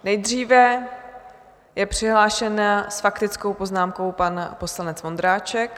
Nejdříve je přihlášen s faktickou poznámkou pan poslanec Vondráček.